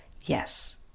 Yes